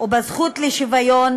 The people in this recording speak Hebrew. ובזכות לשוויון